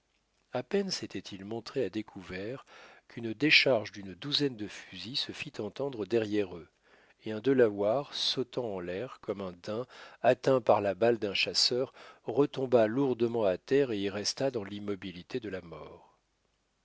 à peine s'étaient-ils montrés à découvert qu'une décharge d'une douzaine de fusils se fit entendre derrière eux et un delaware sautant en l'air comme un daim atteint par la balle d'un chasseur retomba lourdement à terre et y resta dans l'immobilité de la mort